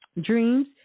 Dreams